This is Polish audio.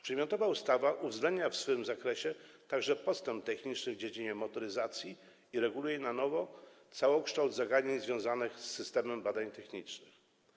Przedmiotowa ustawa uwzględnia w swym zakresie także postęp techniczny w dziedzinie motoryzacji i reguluje na nowo całokształt zagadnień związanych z systemem badań technicznych.